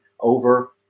over